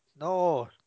No